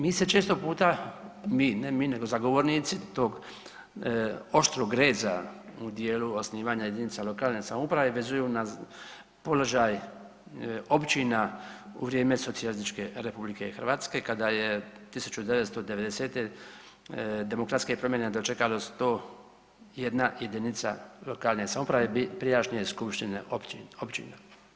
Mi se često puta, ne mi nego zagovornici tog oštrog reza u dijelu osnivanja jedinica lokalne samouprave vezuju na položaj općina u vrijeme Socijalističke RH kada je 1990. demokratske promjene dočekalo 101 jedinica lokalne samouprave prijašnje skupštine općina.